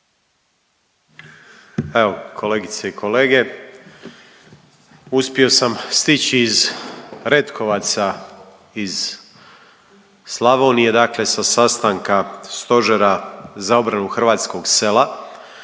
Evo, kolegice i kolege. Uspio sam stići iz Retkovaca iz Slavonije dakle sa sastanka stožera za obranu hrvatskog sela